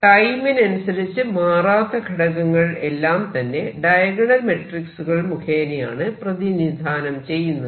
ടൈമിനനുസരിച്ച് മാറാത്ത ഘടകങ്ങൾ എല്ലാം തന്നെ ഡയഗണൽ മെട്രിക്സുകൾ മുഖേനയാണ് പ്രതിനിധാനം ചെയ്യുന്നത്